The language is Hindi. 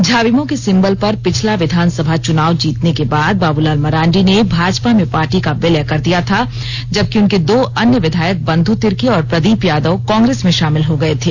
झाविमो के सिंबल पर पिछला विधानसभा चुनाव जीतने के बाद बाबूलाल मरांडी ने भाजपा में पार्टी का विलय कर दिया था जबकि उनके दो अन्य विधायक बंधु तिर्की और प्रदीप यादव कांग्रेस में शामिल हो गए थे